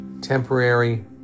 temporary